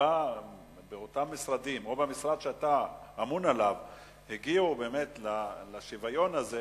באותם משרדים או במשרד שאתה ממונה עליו היה מגיע באמת לשוויון הזה.